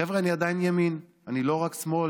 חבר'ה, אני עדיין ימין, אני לא רק שמאל.